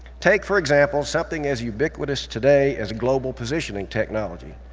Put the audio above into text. take for example something as ubiquitous today as global positioning technology,